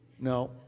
No